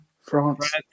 France